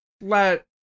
let